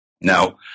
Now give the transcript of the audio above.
Now